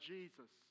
Jesus